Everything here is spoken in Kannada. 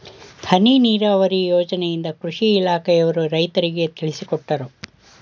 ಹನಿ ನೀರಾವರಿ ಯೋಜನೆಯಿಂದ ಕೃಷಿ ಇಲಾಖೆಯವರು ರೈತರಿಗೆ ತಿಳಿಸಿಕೊಟ್ಟರು